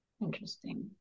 interesting